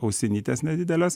ausinytes nedideles